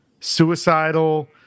suicidal